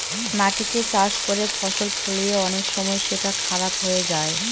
মাটিতে চাষ করে ফসল ফলিয়ে অনেক সময় সেটা খারাপ হয়ে যায়